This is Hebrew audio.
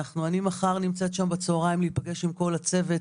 אני מחר נמצאת שם בצהריים להיפגש עם כל הצוות,